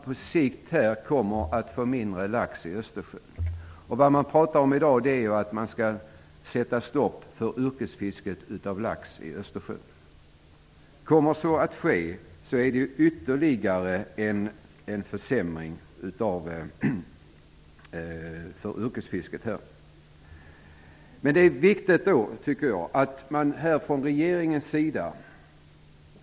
På sikt kommer vi att få mindre lax i Östersjön. I dag talar man om att man skall sätta stopp för yrkesfisket av lax i Östersjön. Om det blir verklighet, innebär det ytterligare en försämring för yrkesfisket. Det är viktigt att man tar tag i problemen från regeringens sida.